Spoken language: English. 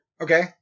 Okay